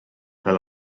fel